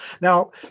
Now